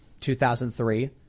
2003